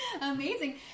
amazing